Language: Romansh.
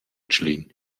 tschlin